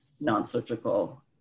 non-surgical